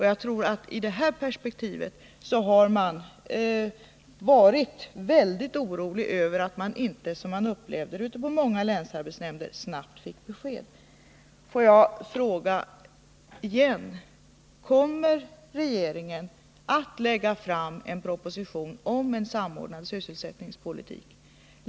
Jag tror att i detta perspektiv har man varit väldigt orolig över att man inte — som man upplevde det ute på många länsarbetsnämnder — snabbt fick besked. Får jag fråga igen: Kommer regeringen att lägga fram en proposition om en samordnad sysselsättningspolitik?